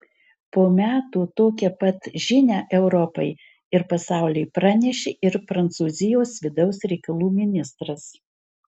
po metų tokią pat žinią europai ir pasauliui pranešė ir prancūzijos vidaus reikalų ministras